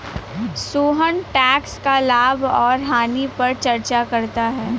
Sohan tax का लाभ और हानि पर चर्चा करता है